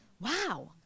wow